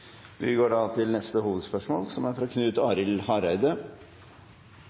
Vi går videre til neste hovedspørsmål.